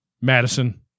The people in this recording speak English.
Madison